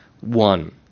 one